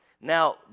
Now